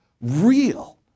real